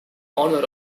honour